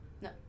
No